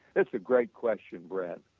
that's a great question, brett.